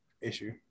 issue